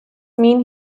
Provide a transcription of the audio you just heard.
mean